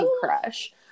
Crush